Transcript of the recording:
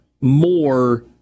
more